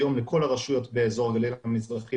היום לכל הרשויות באזור הגליל המזרחי